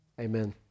Amen